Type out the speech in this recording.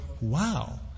wow